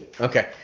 Okay